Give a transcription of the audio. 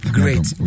great